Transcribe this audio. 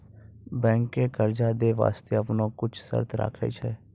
बैंकें कर्जा दै बास्ते आपनो कुछ शर्त राखै छै